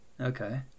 Okay